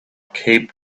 cape